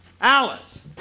Alice